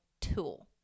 Tool